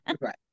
right